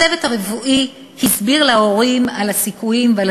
הצוות הרפואי הסביר להורים על הסיכויים ועל